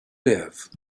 live